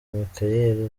michaëlle